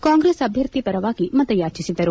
ಕಾಂಗ್ರೆಸ್ ಅಭ್ಯರ್ಥಿ ಪರವಾಗಿ ಮತಯಾಚಿಸಿದರು